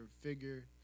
figure